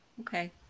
Okay